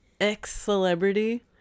ex-celebrity